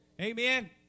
Amen